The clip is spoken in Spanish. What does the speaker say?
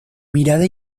mirada